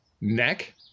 neck